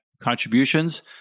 contributions